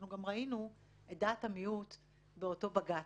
גם ראינו את דעת המיעוט באותו בג"צ.